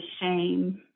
shame